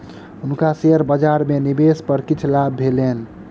हुनका शेयर बजार में निवेश पर किछ लाभ भेलैन